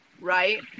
right